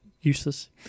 useless